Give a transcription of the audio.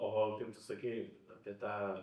o kaip tu sakei apie tą